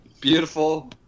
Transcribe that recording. beautiful